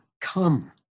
come